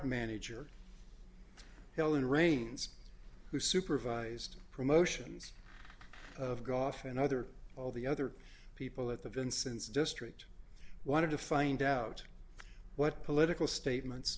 manager helen raines who supervised promotions of gough and other all the other people at the vincents district wanted to find out what political statements